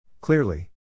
Clearly